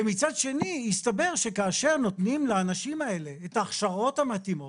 ומצד שני הסתבר שכאשר נותנים לאנשים האלה את ההכשרות המתאימות,